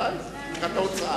בוודאי, תקרת ההוצאה.